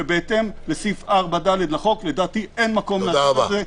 ובהתאם לסעיף 4ד לחוק לדעתי אין מקום לעשות את זה.